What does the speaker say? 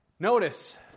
Notice